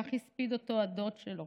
כך הספיד אותו הדוד שלו.